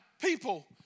people